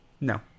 no